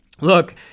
Look